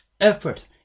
effort